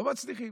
לא מצליחים.